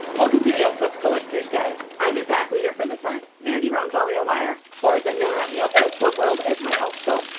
welcome to the elfquest collector's guide! i'm your pack leader for this hunt, mandy roncalio-meyer, or as i'm known around the elfquest web-world as my elf-self,